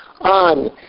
on